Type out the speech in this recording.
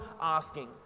asking